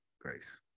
grace